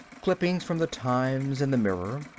clippings from the times and the mirror,